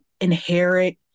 inherit